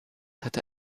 hatte